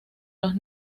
los